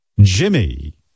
Jimmy